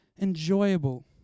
enjoyable